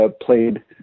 played